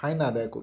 fine ଆଦାୟ କରୁଛ